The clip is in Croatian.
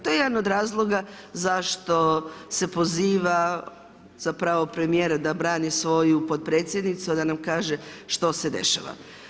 To je jedna od razloga zašto se poziva zapravo premijera da brani svoju potpredsjednicu, a da nam kaže što se dešava.